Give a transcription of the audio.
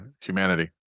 humanity